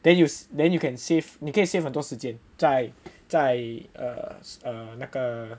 then you then you can save 你可以 save 很很多时间在在 err err 那个 err